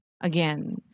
again